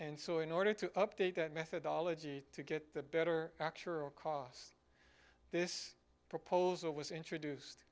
and so in order to update that methodology to get better actual costs this proposal was introduced